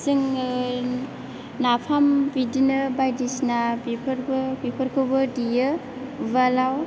जोङो नाफाम बिदिनो बायदिसिना बेफोरबो बेफोरखौबो देयो उवालाव